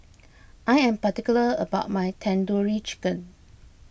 I am particular about my Tandoori Chicken